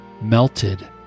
melted